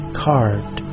carved